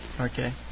Okay